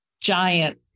giant